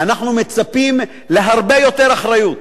אנחנו מצפים להרבה יותר אחריות.